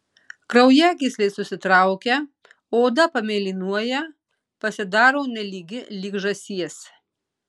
kraujagyslės susitraukia oda pamėlynuoja pasidaro nelygi lyg žąsies